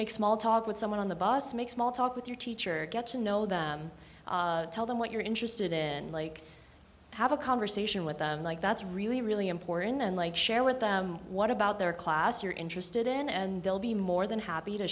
make small talk with someone on the bus make small talk with your teacher get to know them tell them what you're interested in like have a conversation with them like that's really really important and like share with them what about their class you're interested in and they'll be more than happy to